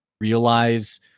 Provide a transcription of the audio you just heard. realize